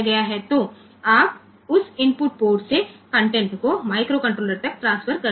तो आप उस इनपुट पोर्ट से कंटेंट को माइक्रोकंट्रोलर तक ट्रांसफर कर सकते हैं